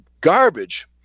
garbage